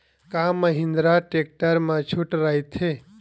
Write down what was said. का महिंद्रा टेक्टर मा छुट राइथे?